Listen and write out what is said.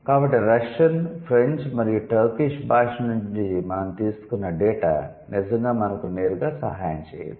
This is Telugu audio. కాబట్టి 'రష్యన్ ఫ్రెంచ్ మరియు టర్కిష్' భాష నుంచి మనం తీసుకున్న డేటా నిజంగా మనకు నేరుగా సహాయం చేయదు